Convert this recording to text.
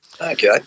Okay